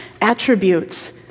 attributes